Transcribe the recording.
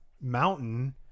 mountain